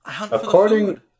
According